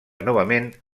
novament